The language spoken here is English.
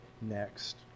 next